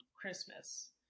Christmas